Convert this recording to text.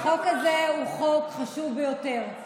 החוק הזה הוא חוק חשוב ביותר.